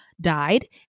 died